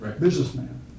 businessman